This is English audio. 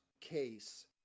case